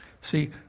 See